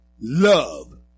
love